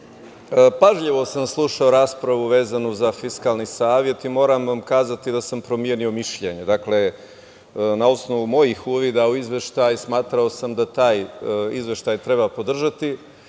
života. Pažljivo sam slušao raspravu vezano za Fiskalni savet i moram reći da sam promenio mišljenje. Na osnovu mojih uvida u izveštaj, smatrao sam da taj izveštaj treba podržati,